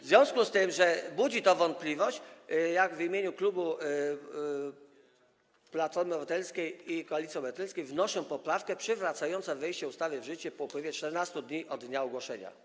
W związku z tym, że budzi to wątpliwość, w imieniu klubu Platformy Obywatelskiej - Koalicji Obywatelskiej wnoszę poprawkę przywracającą wejście ustawy w życie po upływie 14 dni od dnia ogłoszenia.